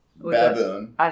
Baboon